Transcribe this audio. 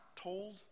told